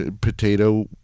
potato